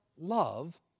love